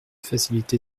faciliter